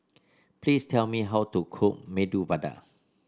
please tell me how to cook Medu Vada